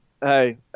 hey